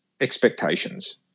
expectations